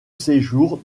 séjour